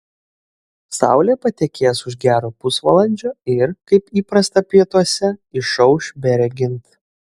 saulė patekės už gero pusvalandžio ir kaip įprasta pietuose išauš beregint